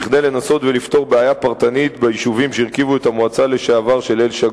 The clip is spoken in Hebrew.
כדי לנסות ולפתור בעיה פרטנית ביישובים שהרכיבו את המועצה אל-שגור,